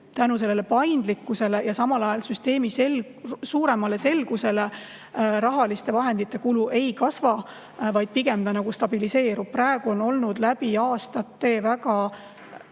tänu sellele paindlikkusele ja samal ajal süsteemi suuremale selgusele rahaliste vahendite kulu ei kasva, vaid pigem stabiliseerub. Praegu on aastaid olnud